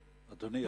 אדוני,